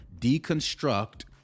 deconstruct